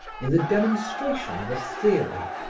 in the demonstration of a theory,